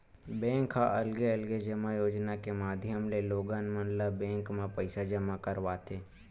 bank ह अलगे अलगे जमा योजना के माधियम ले लोगन मन ल बेंक म पइसा जमा करवाथे